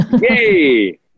Yay